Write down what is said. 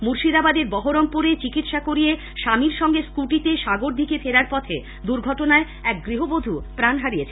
মুর্শিদাবাদের বহরমপুরে চিকিৎসা করিয়ে স্বামীর সঙ্গে স্কুটিতে সাগরদিঘী ফেরার পথে দুর্ঘটনায় এক গৃহবধ প্রাণ হারিয়েছেন